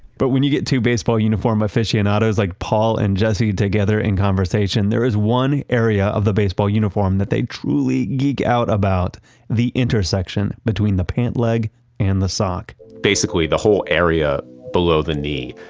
but when you get two baseball uniform aficionados, like paul and jesse together in conversation, there is one area of the baseball uniform that they truly geek out about the intersection, between the pant leg and the sock basically the whole area below the knee,